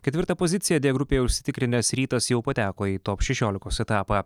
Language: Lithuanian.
ketvirtą poziciją d grupėje užsitikrinęs rytas jau pateko į top šešiolikos etapą